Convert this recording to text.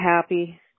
happy